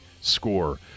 score